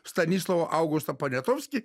stanislovą augustą poniatovskį